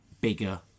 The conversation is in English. bigger